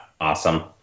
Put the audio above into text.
Awesome